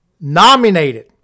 Nominated